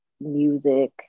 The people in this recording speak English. music